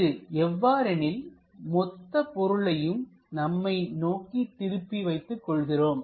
இது எவ்வாறு எனில் மொத்த பொருளையும் நம்மை நோக்கி திருப்பி வைத்துக் கொள்கிறோம்